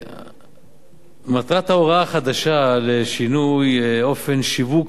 מטרת ההוראה החדשה לשינוי אופן שיווק